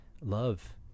Love